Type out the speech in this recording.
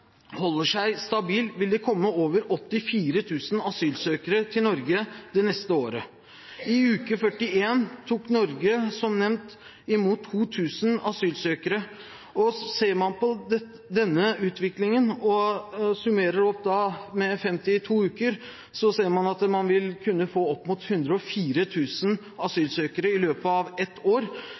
seg stabil, vil det komme over 84 000 asylsøkere til Norge det neste året. I uke 41 tok Norge som nevnt imot 2 000 asylsøkere, og ser man på denne utviklingen og summerer opp med 52 uker, ser man at man vil kunne få opp mot 104 000 asylsøkere i løpet av ett år,